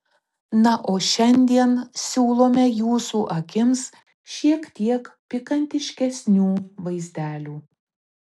na o šiandien siūlome jūsų akims šiek tiek pikantiškesnių vaizdelių